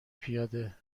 پیاده